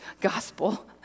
gospel